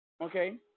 okay